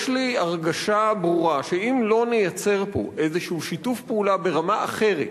יש לי הרגשה ברורה שאם לא נייצר פה איזה שיתוף פעולה ברמה אחרת